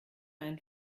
ein